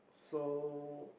so